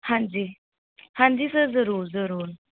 ਹਾਂਜੀ ਹਾਂਜੀ ਸਰ ਜ਼ਰੂਰ ਜ਼ਰੂਰ